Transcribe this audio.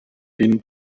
den